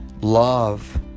love